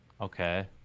Okay